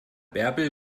bärbel